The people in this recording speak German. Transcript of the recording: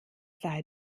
sei